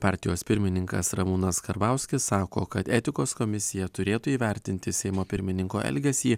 partijos pirmininkas ramūnas karbauskis sako kad etikos komisija turėtų įvertinti seimo pirmininko elgesį